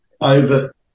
over